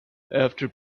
after